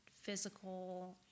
physical